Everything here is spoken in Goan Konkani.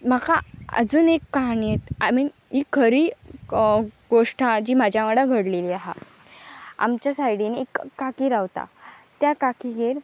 म्हाका आजून एक कहानीं आय मीन ही खरी गोश्ट आहा जी म्हाज्या वांगडा घडलेली आहा आमच्या सायडीन एक काकी रावता त्या काकीगेर